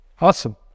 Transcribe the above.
Awesome